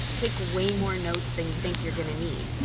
take way more notes than you think you're going to need.